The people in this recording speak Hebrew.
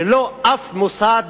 ולא אף מוסד